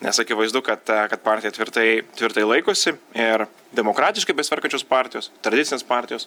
nes akivaizdu kad ta kad partija tvirtai tvirtai laikosi ir demokratiškai besitvarkančios partijos tradicinės partijos